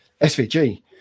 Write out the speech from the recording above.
SVG